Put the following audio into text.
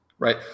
Right